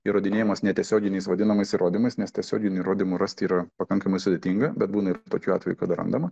įrodinėjimas netiesioginiais vadinamais įrodymais nes tiesioginių įrodymų rasti yra pakankamai sudėtinga bet būna ir tokių atvejų kada randama